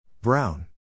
Brown